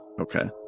okay